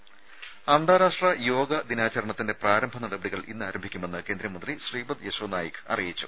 രുമ അന്താരാഷ്ട്ര യോഗ ദിനാചരണത്തിന്റെ പ്രാരംഭ നടപടികൾ ഇന്ന് ആരംഭിക്കുമെന്ന് കേന്ദ്രമന്ത്രി ശ്രീപദ് യെശോ നായിക് അറിയിച്ചു